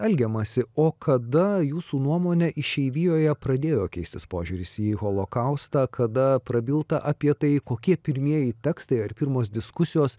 elgiamasi o kada jūsų nuomone išeivijoje pradėjo keistis požiūris į holokaustą kada prabilta apie tai kokie pirmieji tekstai ar pirmos diskusijos